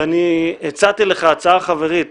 ואני הצעת לך הצעה חברית: